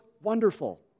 wonderful